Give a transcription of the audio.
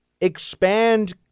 expand